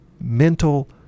mental